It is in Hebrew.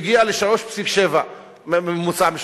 והגיע ל-3.7 ממוצע למשפחה,